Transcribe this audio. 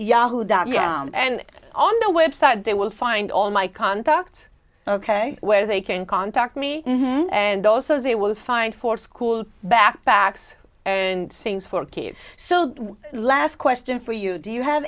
yahoo dot young and on the website they will find all my contact ok where they can contact me and also they will find for school backpacks and sings for kids so one last question for you do you have